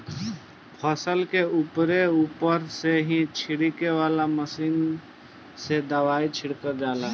फसल के उपरे उपरे से ही छिड़के वाला मशीन से दवाई छिड़का जाला